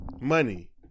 money